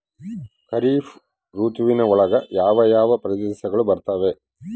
ಖಾರೇಫ್ ಋತುವಿನ ಒಳಗೆ ಯಾವ ಯಾವ ಪ್ರದೇಶಗಳು ಬರ್ತಾವ?